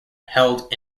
held